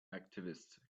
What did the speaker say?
activists